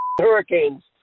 hurricanes